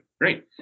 Great